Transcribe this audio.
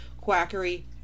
quackery